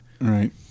Right